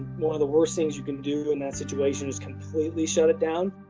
one of the worst things you can do in that situation is completely shut it down.